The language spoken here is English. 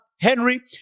Henry